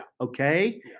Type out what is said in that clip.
Okay